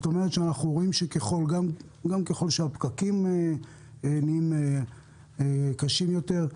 אנחנו רואים שככל שהפקקים קשים יותר,